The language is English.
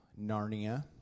Narnia